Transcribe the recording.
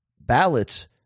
ballots